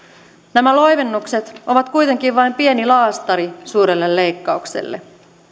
nämä loivennukset ovat kuitenkin vain pieni laastari suurelle leikkaukselle